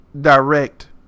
direct